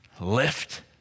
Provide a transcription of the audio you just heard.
Lift